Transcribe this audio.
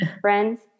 friends